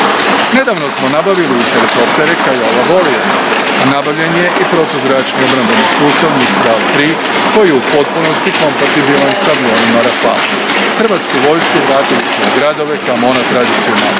Nedavno smo nabavili i helikoptere Kiowa Warrior, nabavljen je i protuzračni obrambeni sustav Mistral-3, koji je u potpunosti kompatibilan s avionima Rafale. Hrvatsku vojsku vratili smo u gradove, kamo ona tradicionalno